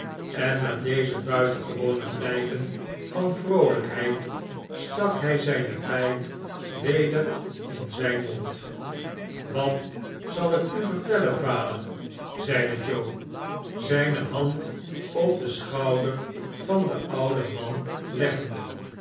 en na deze buitengewone blijken van vroolijkheid stak hij zijne pijp weder in zijn mond wat zal ik u vertellen vader zeide joe zijne hand op den schouder van den ouden man leggende